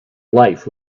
life